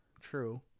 True